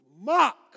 mock